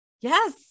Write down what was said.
Yes